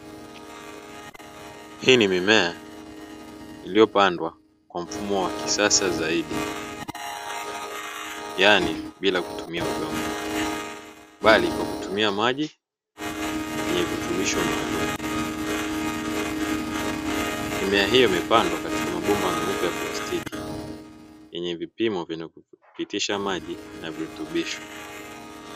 Hii ni mimea iliyopandwa kwa mfumo wa kisasa zaidi yaani bila kutumia udongo bali kwa kutumia maji yenye virutubisho maalumu, mimea hiyo imepandwa katika mabomba meupe ya plastiki yenye vipimo vyenye kupitisha maji na virutubisho.